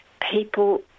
people